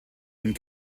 and